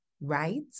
right